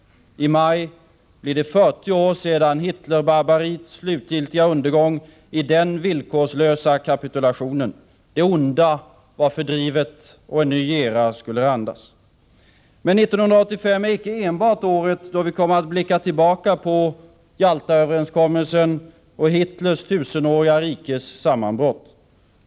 I maj blir det 40 år sedan Hitlerbarbariet slutligt gick under i villkorslös kapitulation. Det onda var fördrivet och en ny era skulle randas. Men 1985 är icke enbart året då vi kommer att blicka tillbaka på Jalta-överenskommelsen och Hitlers tusenåriga rikes sammanbrott.